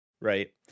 right